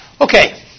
Okay